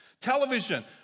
Television